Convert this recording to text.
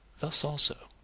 thus also,